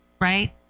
right